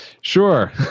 Sure